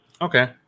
Okay